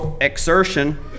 exertion